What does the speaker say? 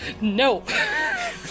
No